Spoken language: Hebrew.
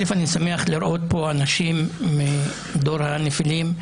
אני שמח לראות פה אנשים מדור הנפילים.